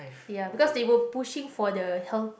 ya because they were pushing for the health